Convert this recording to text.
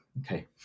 Okay